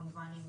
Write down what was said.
כמובן עם